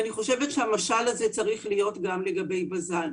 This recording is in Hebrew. אני חושבת שהמשל הזה צריך להיות גם לגבי בזן.